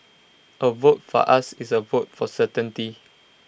A vote for us is A vote for certainty